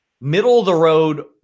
middle-of-the-road